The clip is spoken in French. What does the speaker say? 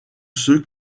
ceux